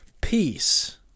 Peace